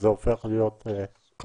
זה הופך להיות קבוע.